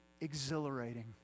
exhilarating